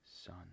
son